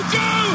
go